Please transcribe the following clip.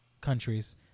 countries